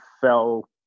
fell